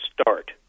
start